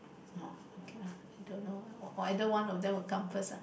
uh okay lah I don't know either one of them will come first